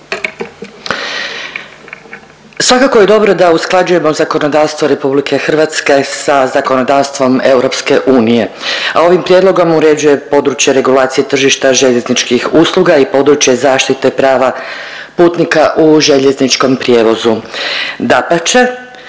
Svakako je dobro da usklađujemo zakonodavstvo RH sa zakonodavstvo EU, a ovim Prijedlogom uređuje područje regulacije tržišta željezničkih usluga i područje zaštite prava putnika u željezničkom prijevozu.